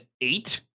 eight